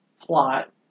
plot